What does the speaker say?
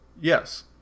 yes